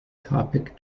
topic